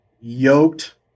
yoked